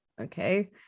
okay